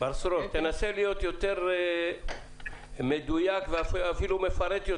תנסה להיות יותר מדויק ומפורט.